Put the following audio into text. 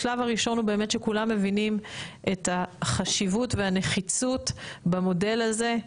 השלב הראשון הוא באמת שכולם מבינים את החשיבות והנחיצות במודל הזה.